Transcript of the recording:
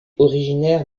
originaire